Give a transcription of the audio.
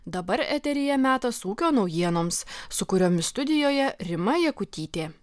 dabar eteryje metas ūkio naujienoms su kuriomis studijoje rima jakutytė